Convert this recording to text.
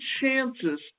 chances